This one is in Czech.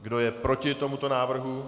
Kdo je proti tomuto návrhu?